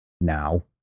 now